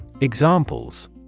Examples